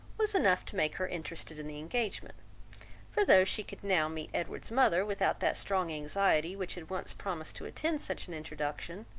was enough to make her interested in the engagement for though she could now meet edward's mother without that strong anxiety which had once promised to attend such an introduction,